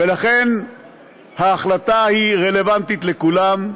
ולכן ההחלטה היא רלוונטית לכולם.